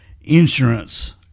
insurance